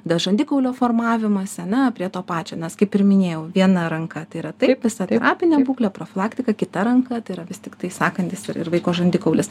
dar žandikaulio formavimąsi ar ne prie to pačio nes kaip ir minėjau viena ranka tai yra taip visa terapinė būklė profilaktika kita ranka tai yra vis tiktai sąkandis ir ir vaiko žandikaulis